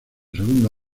segundo